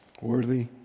worthy